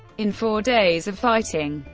in four days of fighting,